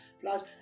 flowers